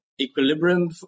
equilibrium